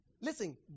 Listen